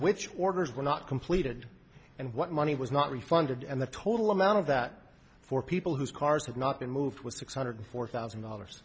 which orders were not completed and what money was not refunded and the total amount of that for people whose cars have not been moved was six hundred four thousand dollars